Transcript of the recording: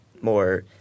more